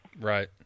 right